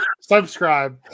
Subscribe